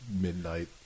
midnight